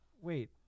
Wait